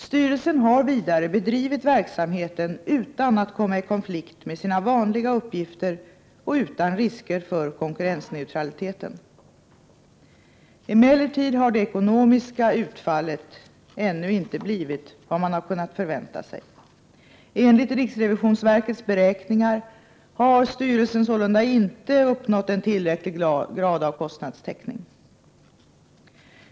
Styrelsen har vidare bedrivit verksamheten utan att komma i konflikt med sina vanliga uppgifter och utan risker för konkurrensneutraliteten. Emellertid har det ekonomiska utfallet ännu inte blivit vad man har kunnat förvänta sig. Enligt riksrevisionsverkets beräkningar har styrelsen sålunda inte uppnått en tillräcklig grad av kostnadstäckning.